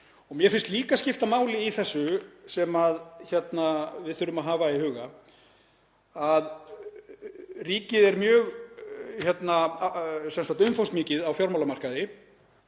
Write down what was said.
Mér finnst líka skipta máli í þessu, sem við þurfum að hafa í huga, að ríkið er mjög umfangsmikið á fjármálamarkaði.